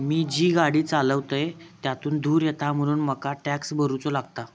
मी जी गाडी चालवतय त्यातुन धुर येता म्हणून मका टॅक्स भरुचो लागता